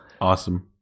Awesome